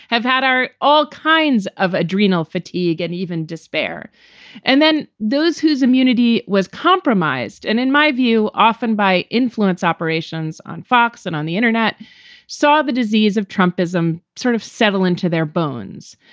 have had our all kinds of adrenal fatigue and even despair and then those whose immunity was compromised. and in my view, often by influence operations on fox and on the internet saw the disease of trumpism sort of settle into their bones.